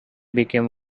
became